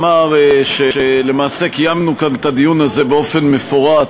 אמר שלמעשה קיימנו כאן את הדיון הזה באופן מפורט